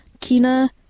Kina